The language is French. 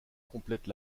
complètent